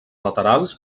laterals